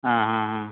ஆஆஆ